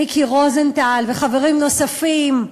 מיקי רוזנטל וחברים נוספים,